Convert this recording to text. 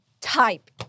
type